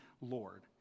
Lord